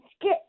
good